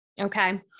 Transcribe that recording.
okay